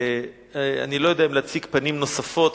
אני לא יודע אם פנים נוספות,